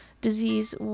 disease